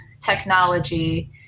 technology